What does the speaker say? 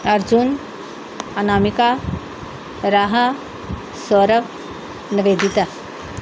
Arjun Anamika Raha Saurav Nivedita